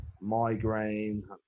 migraine